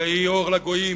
והיא אור לגויים